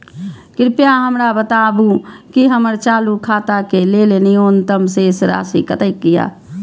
कृपया हमरा बताबू कि हमर चालू खाता के लेल न्यूनतम शेष राशि कतेक या